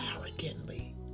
arrogantly